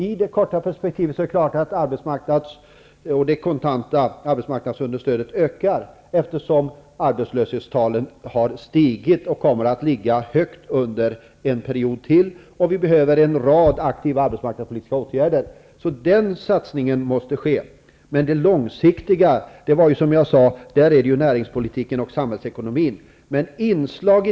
I det korta perspektivet ökar naturligtvis det kontanta arbetsmarknadsstödet, eftersom arbetslöshetstalen har stigit och kommer att ligga högt under ännu en period. Vi behöver en rad aktiva arbetsmarknadspolitiska åtgärder. Den satsningen måste ske. På lång sikt är det näringspolitiken och samhällsekonomin som är viktiga.